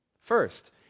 First